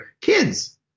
Kids